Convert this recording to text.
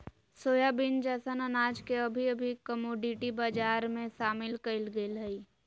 soybean जैसन अनाज के अभी अभी कमोडिटी बजार में शामिल कइल गेल हइ